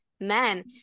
men